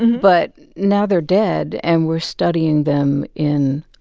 but now they're dead, and we're studying them in,